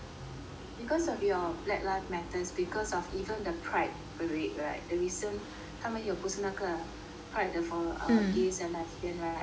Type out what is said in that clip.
because of your black life matters because of even the pride parade right the recent 他们有不是那个 pride 的 for err gays and lesbians right